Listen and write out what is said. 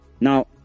now